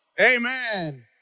Amen